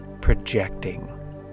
projecting